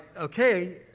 okay